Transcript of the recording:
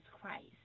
Christ